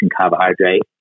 carbohydrate